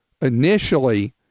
initially